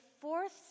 fourth